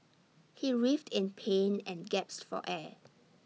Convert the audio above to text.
he writhed in pain and gasped for air